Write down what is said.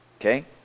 okay